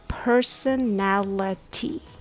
Personality